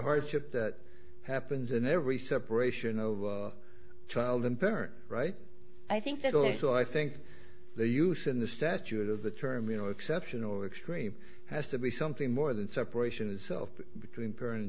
hardship that happens in every separation of child and parent right i think that also i think they use in the statute of the term you know exception or extreme has to be something more than separations of between parent